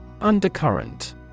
Undercurrent